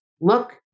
look